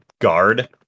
guard